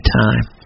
time